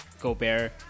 Gobert